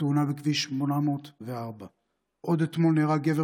בתאונה בכביש 804. עוד אתמול נהרג גבר